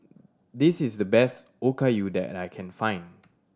this is the best Okayu that I can find